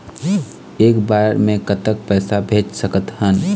एक बार मे कतक पैसा भेज सकत हन?